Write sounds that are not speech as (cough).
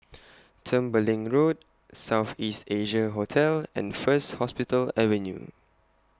(noise) Tembeling Road South East Asia Hotel and First Hospital Avenue